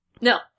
No